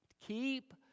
Keep